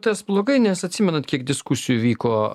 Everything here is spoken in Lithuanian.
tas blogai nes atsimenat kiek diskusijų vyko